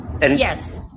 Yes